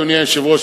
אדוני היושב-ראש,